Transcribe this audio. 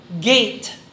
gate